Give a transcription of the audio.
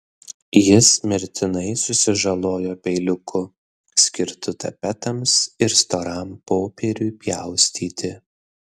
jis mirtinai susižalojo peiliuku skirtu tapetams ir storam popieriui pjaustyti